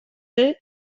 dénia